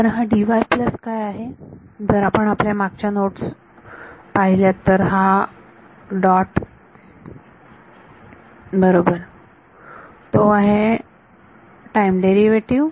तर हा काय आहे जर आपण आपल्या मागच्या नोड्स पाहिलेत तर हा डॉट बरोबर तो आहे टाईम डेरिवेटिव